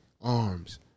arms